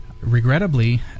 regrettably